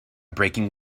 breaking